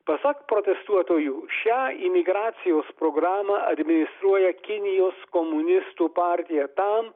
pasak protestuotojų šią imigracijos programą administruoja kinijos komunistų partija tam